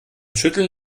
schütteln